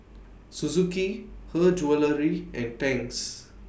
Suzuki Her Jewellery and Tangs